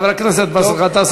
חבר הכנסת באסל גטאס,